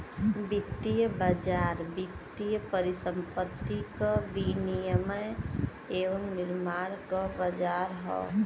वित्तीय बाज़ार वित्तीय परिसंपत्ति क विनियम एवं निर्माण क बाज़ार हौ